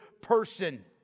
person